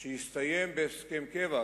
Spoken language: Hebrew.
שיסתיים בהסכם קבע,